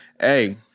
Hey